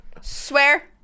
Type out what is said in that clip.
swear